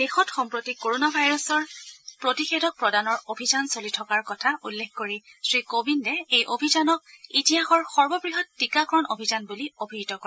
দেশত সম্প্ৰতি ক'ৰণা ভাইৰাছৰ প্ৰতিষেধক প্ৰদানৰ অভিযান চলি থকাৰ কথা উল্লেখ কৰি শ্ৰীকোবিন্দে এই অভিযানক ইতিহাসৰ সৰ্ববৃহৎ টীকাকৰণ অভিযান বুলি অভিহিত কৰে